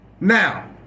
Now